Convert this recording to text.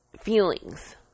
feelings